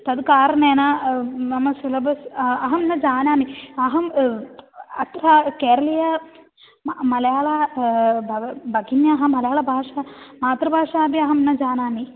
तद् कारणेन मम सिलेबस् अहं न जानामि अहम् अत्र केरलीय म मलयाळं ब भगिन्याः मलयाळं भाषा मातृभाषा अपि अहं न जानामि